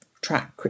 track